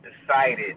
decided